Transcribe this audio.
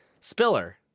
Spiller